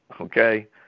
Okay